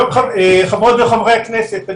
חברות וחברי הכנסת,